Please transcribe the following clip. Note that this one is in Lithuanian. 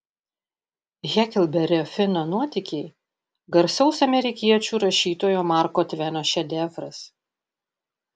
heklberio fino nuotykiai garsaus amerikiečių rašytojo marko tveno šedevras